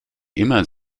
immer